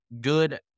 Good